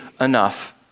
enough